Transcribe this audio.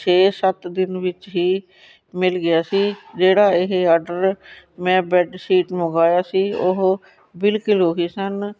ਛੇ ਸੱਤ ਦਿਨ ਵਿੱਚ ਹੀ ਮਿਲ ਗਿਆ ਸੀ ਜਿਹੜਾ ਇਹ ਆਡਰ ਮੈਂ ਬੈੱਡਸ਼ੀਟ ਮੰਗਵਾਇਆ ਸੀ ਉਹ ਬਿਲਕੁਲ ਉਹੀ ਸਨ